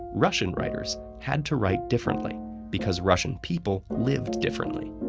russian writers had to write differently because russian people lived differently.